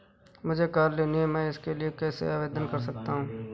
मुझे कार लेनी है मैं इसके लिए कैसे आवेदन कर सकता हूँ?